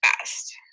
best